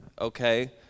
Okay